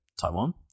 Taiwan